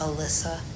Alyssa